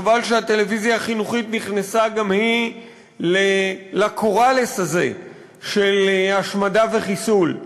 חבל שהטלוויזיה החינוכית נכנסה גם היא ל"קוראלס" הזה של השמדה וחיסול.